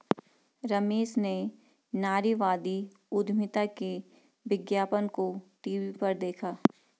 रमेश ने नारीवादी उधमिता के विज्ञापन को टीवी पर देखा